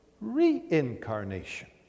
reincarnation